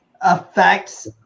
affects